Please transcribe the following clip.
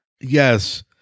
Yes